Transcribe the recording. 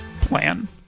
plan